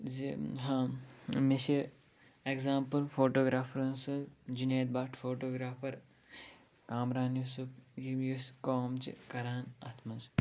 زِ ہاں مےٚ چھِ ایٚگزامپٕل فوٹوگرافرَن سٕنٛز جُنید بَٹ فوٹوگرافَر کامران یوٗسُف یِم یُس کٲم چھِ کَران اَتھ منٛز